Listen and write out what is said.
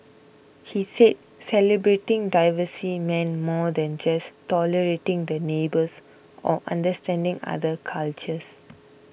he said celebrating diversity meant more than just tolerating the neighbours or understanding other cultures